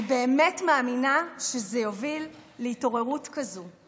אני באמת מאמינה שזה יוביל להתעוררות כזו.